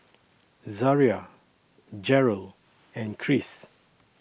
Zaria Jerrel and Chris